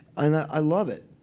and i love it.